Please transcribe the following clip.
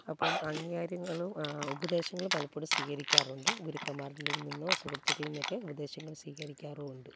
അപ്പം അങ്ങ്യ കാര്യങ്ങളും ഉപദേശങ്ങളും പലപ്പോഴും സ്വീകരിക്കാറുണ്ട് ഗുരുക്കന്മാരിൽ നിന്നോ സുഹൃത്തുക്കളിൽ നിന്നൊക്കെ ഉപദേശങ്ങൾ സ്വീകരിക്കാറുണ്ട്